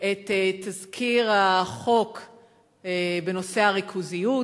את תזכיר החוק בנושא הריכוזיות,